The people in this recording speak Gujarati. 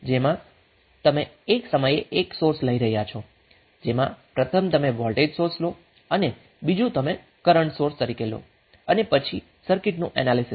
જેમાં તમે એક સમયે 1 સોર્સ લઈ રહ્યા છો જેમાં પ્રથમ તમે વોલ્ટેજ સોર્સ લો અને બીજું તમે કરન્ટ સોર્સ તરીકે લો અને પછી સર્કિટનું એનાલીસીસ કરો